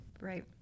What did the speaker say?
Right